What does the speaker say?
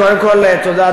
קודם כול תודה,